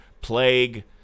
plague